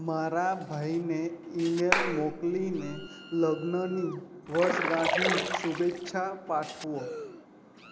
મારા ભાઈને ઇમેલ મોકલીને લગ્નની વર્ષગાંઠની શુભેચ્છા પાઠવો